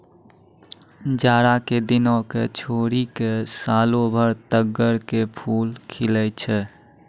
जाड़ा के दिनों क छोड़ी क सालों भर तग्गड़ के फूल खिलै छै